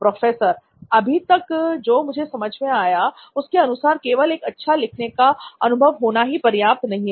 professor अभी तक जो मुझे समझ में आया उसके अनुसार केवल एक अच्छा लिखने का अनुभव होना ही पर्याप्त नहीं है